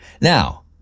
Now